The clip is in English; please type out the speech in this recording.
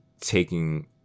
taking